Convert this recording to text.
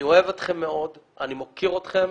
אני אוהב אתכן מאוד, אני מוקיר אתכן.